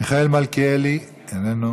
מיכאל מלכיאלי, איננו.